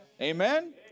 Amen